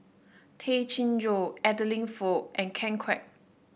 Tay Chin Joo Adeline Foo and Ken Kwek